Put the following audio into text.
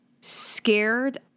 scared